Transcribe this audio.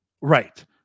Right